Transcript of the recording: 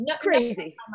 crazy